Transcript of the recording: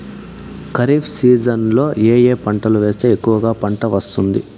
ఖరీఫ్ సీజన్లలో ఏ ఏ పంటలు వేస్తే ఎక్కువగా పంట వస్తుంది?